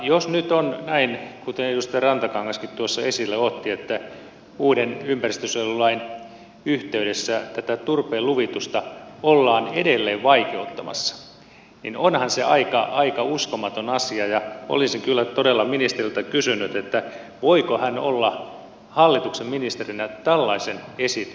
jos nyt on näin kuten edustaja rantakangaskin tuossa esille otti että uuden ympäristönsuojelulain yhteydessä tätä turpeen luvitusta ollaan edelleen vaikeuttamassa niin onhan se aika uskomaton asia ja olisin kyllä todella ministeriltä kysynyt voiko hän olla hallituksen ministerinä tällaisen esityksen takana